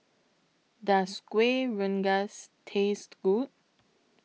Does Kuih Rengas Taste Good